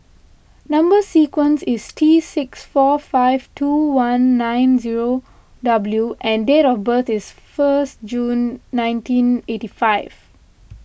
Number Sequence is T six four five two one nine zero W and date of birth is first June nineteen eighty five